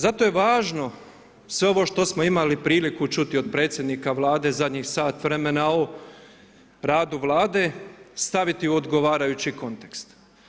Zato je važno, sve ovo što smo imali priliku čuti od predsjednika Vlade zadnjih sat vremena o radu vlade, staviti u odgovarajući kontekst.